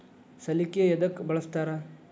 ಸಲಿಕೆ ಯದಕ್ ಬಳಸ್ತಾರ?